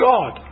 God